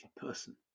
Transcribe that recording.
person